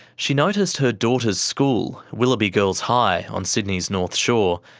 she noticed her daughters' school, willoughby girls high, on sydney's north shore,